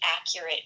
accurate